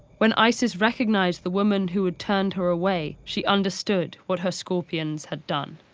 when isis recognized the woman who had turned her away, she understood what her scorpions had done.